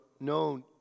known